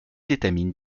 étamines